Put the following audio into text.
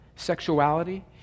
sexuality